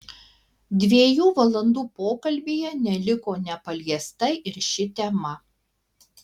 dviejų valandų pokalbyje neliko nepaliesta ir ši tema